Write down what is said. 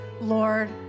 Lord